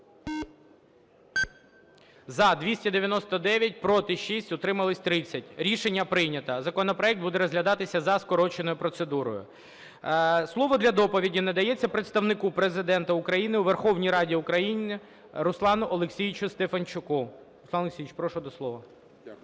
За-299 Проти – 6, утрималися – 30. Рішення прийнято. Законопроект буде розглядатися за скороченою процедурою. Слово для доповіді надається представнику Президента України у Верховній Раді України Руслану Олексійовичу Стефанчуку. Руслан Олексійович, прошу до слова.